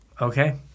Okay